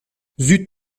zut